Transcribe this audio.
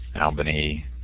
Albany